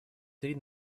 три